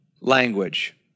language